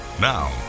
Now